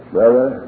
Brother